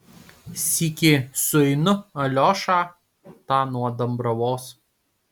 sykį sueinu aliošą tą nuo dambravos